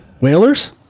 Whalers